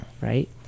right